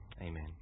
amen